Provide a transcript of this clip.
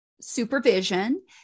supervision